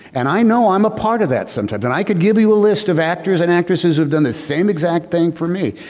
and i know i'm a part of that sometimes and i could give you a list of actors and actresses have done the same exact thing for me.